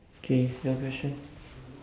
K your question